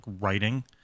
writing